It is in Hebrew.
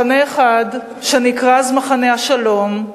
מחנה אחד, שנקרא אז מחנה השלום,